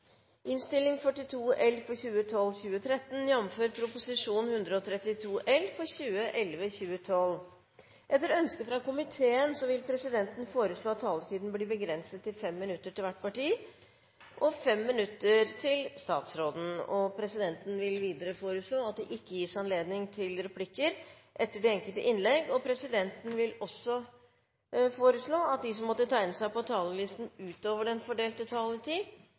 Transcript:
vil presidenten foreslå at taletiden begrenses til 5 minutter til hvert parti og 5 minutter til statsråden. Videre vil presidenten foreslå at det ikke gis anledning til replikker etter det enkelte innlegg. Presidenten vil også foreslå at de som måtte tegne seg på talerlisten utover den fordelte taletid,